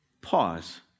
Pause